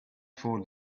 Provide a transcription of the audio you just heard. for